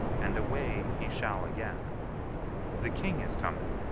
and away he shall again the king is coming.